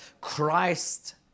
Christ